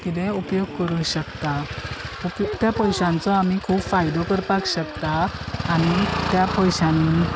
कितेंय उपयोग करूं शकता त्या पयशांचो आमी खूब फायदो करपाक शकता आनी त्या पयशांनी